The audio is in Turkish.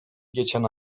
geçen